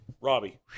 Robbie